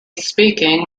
speaking